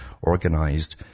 organized